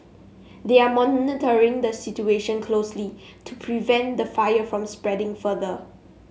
they are monitoring the situation closely to prevent the fire from spreading further